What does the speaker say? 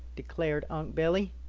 declared unc' billy.